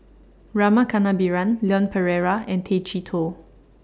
Rama Kannabiran Leon Perera and Tay Chee Toh